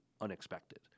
unexpected